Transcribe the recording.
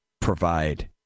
provide